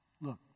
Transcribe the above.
Look